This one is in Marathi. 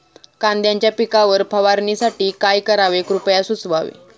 कांद्यांच्या पिकावर फवारणीसाठी काय करावे कृपया सुचवावे